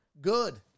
good